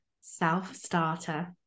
self-starter